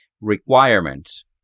requirements